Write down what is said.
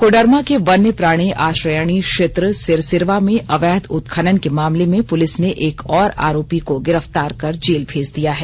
कोडरमा के वन्यप्राणी आश्रयणी क्षेत्र सिरसिरवा में अवैध उत्खनन के मामले में पुलिस ने एक और आरोपी को गिरफ्तार कर जेल भेज दिया है